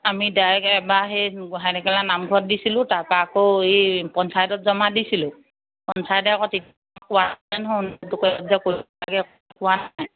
আমি ডাইৰেক্ট এবাৰ সেই গোহাঁই টেকেলা নামঘৰত দিছিলোঁ তাৰপৰা আকৌ এই পঞ্চায়তত জমা দিছিলোঁ পঞ্চায়ত আকৌ পোৱা নাই